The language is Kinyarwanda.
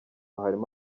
harimo